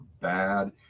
bad